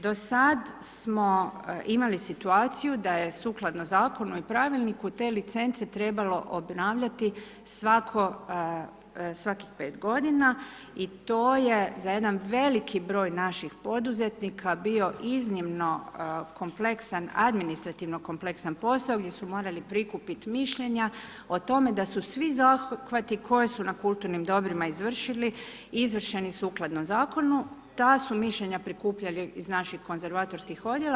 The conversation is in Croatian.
Do sada smo imali situaciju da je sukladno zakonu i pravilniku, te licence trebalo obnavljati svakih 5 g. i to je za jedan veliki broj naših poduzetnika bio iznimno kompleksan administrativni kompleksan posao gdje su morali prikupiti mišljenja o tome da su svi zahvati koji su na kulturnim dobrima izvršili, izvršeni sukladno zakonom, ta su mišljenja prikupljali iz naših konzervatorskih odjela.